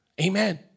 Amen